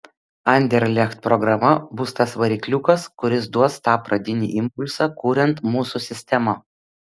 anderlecht programa bus tas varikliukas kuris duos tą pradinį impulsą kuriant mūsų sistemą